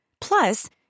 Plus